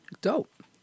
Dope